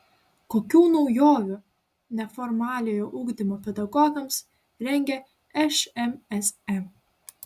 kokių naujovių neformaliojo ugdymo pedagogams rengia šmsm